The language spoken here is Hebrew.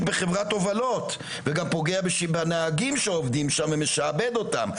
בחברת הובלות וגם פוגע בנהגים שעובדים שם ומשעבד אותם,